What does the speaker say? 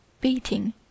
beating